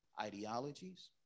ideologies